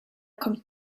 kommt